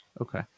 Okay